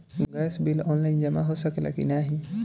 Gas bill online जमा हो सकेला का नाहीं?